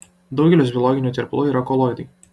daugelis biologinių tirpalų yra koloidai